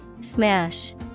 Smash